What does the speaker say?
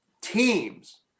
teams